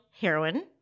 Heroin